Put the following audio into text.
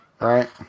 right